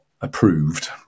approved